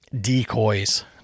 decoys